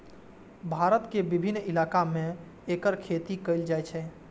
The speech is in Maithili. भारत के विभिन्न इलाका मे एकर खेती कैल जाइ छै